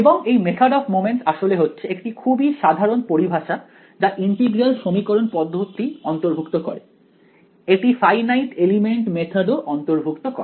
এবং এই method of moments আসলে হচ্ছে একটি খুবই সাধারণ পরিভাষা যা ইন্টিগ্রাল সমীকরণ পদ্ধতি অন্তর্ভুক্ত করে এটি ফাইনাইট এলিমেন্ট মেথড ও অন্তর্ভুক্ত করে